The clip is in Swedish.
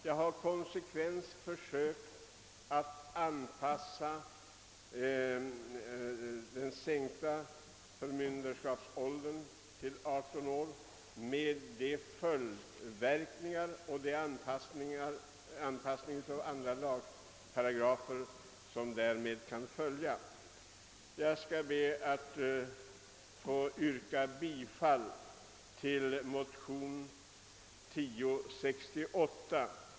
Jag har konsekvent försökt att anpassa den sänkta myndighetsåldern på 18 år till de följder beträffande andra lagparagrafer som kan uppstå. Jag ber, herr talman, att få yrka bifall till motion II: 1068.